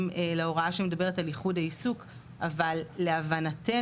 להוראה שמדברת על ייחוד העיסוק אבל להבנתנו,